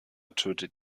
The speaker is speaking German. tötet